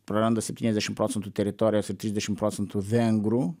praranda septyniasdešim procentų teritorijos ir trisdešim procentų vengrų